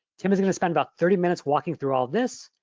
tim is gonna spend about thirty minutes walking through all of this.